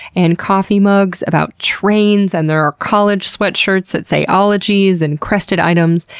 and coffee mugs about trains, and there are college sweatshirts that say ologies and crested items.